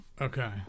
Okay